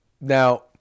Now